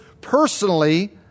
personally